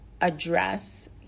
address